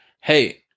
Hey